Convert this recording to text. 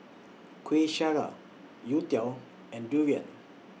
Kuih Syara Youtiao and Durian